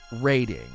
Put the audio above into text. rating